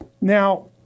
Now